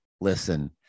listen